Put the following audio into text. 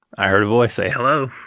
i heard a voice say hello.